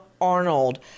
arnold